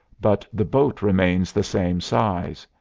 but the boat remains the same size.